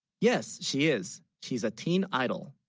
yes she is she's a teen idol,